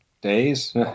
days